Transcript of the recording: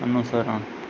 અનુસરણ